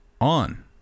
on